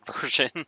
version